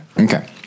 Okay